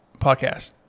podcast